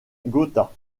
gotha